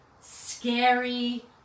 scary